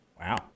wow